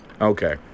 okay